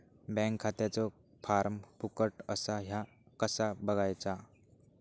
Bank खात्याचो form फुकट असा ह्या कसा बगायचा?